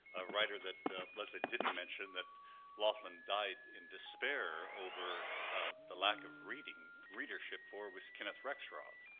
a writer that leslie didn't mention that laughlin died in despair over the lack of reading readership for was kenneth rexroth.